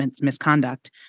misconduct